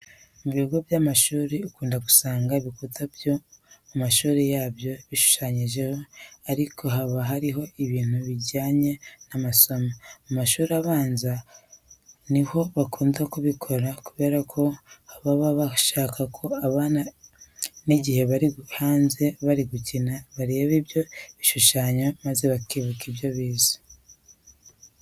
Mu bigo by'amashuri ukunda gusanga ibikuta byo ku mashuri yabyo bishushanyije ariko haba hariho ibintu bijyanye n'amasomo. Mu mashuri abanza ni ho bakunda kubikora kubera ko baba bashaka ko abana n'igihe bari hanze bari gukina bareba ibyo bishushanyo maze bakibuka ibyo bize.